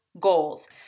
goals